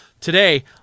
Today